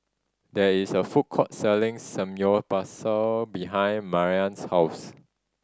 there is a food court selling Samgyeopsal behind Maryann's house